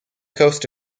coast